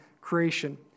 creation